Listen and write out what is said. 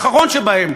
האחרון שבהם,